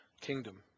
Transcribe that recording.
kingdom